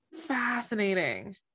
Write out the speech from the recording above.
Fascinating